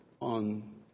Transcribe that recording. on